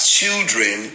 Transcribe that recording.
children